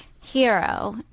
hero